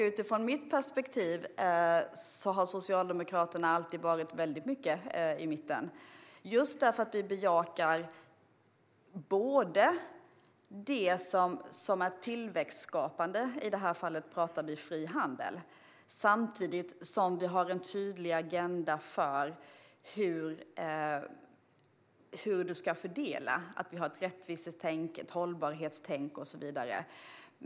Utifrån mitt perspektiv har Socialdemokraterna alltid befunnit sig mycket i mitten just därför att vi bejakar det som är tillväxtskapande - i det här fallet fri handel - samtidigt som vi har en tydlig agenda för hur tillväxten ska fördelas. Vi har ett rättvisetänk, ett hållbarhetstänk och så vidare.